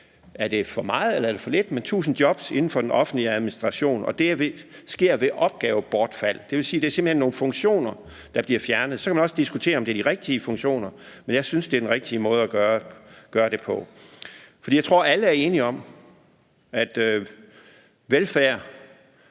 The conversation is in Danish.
det er for meget eller det er for lidt, men det er 1.000 jobs inden for den offentlige administration, og det er sker ved opgavebortfald. Det vil sige, at det simpelt hen er nogle funktioner, der bliver fjernet. Så kan man også diskutere, om det er de rigtige funktioner, men jeg synes, det er den rigtige måde at gøre det på. For jeg tror, alle er enige om, at velfærd